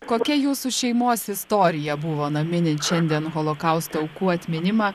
kokia jūsų šeimos istorija buvo na minint šiandien holokausto aukų atminimą